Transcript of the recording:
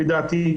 לדעתי,